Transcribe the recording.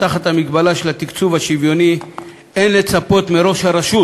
במגבלה של התקצוב השוויוני אין לצפות מראש הרשות,